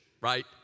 right